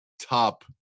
Top